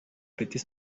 petit